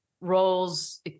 roles